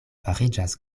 fariĝas